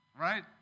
right